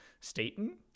Staten